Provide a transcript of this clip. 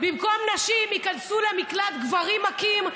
שבמקום נשים ייכנסו למקלט גברים מכים,